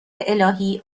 الهی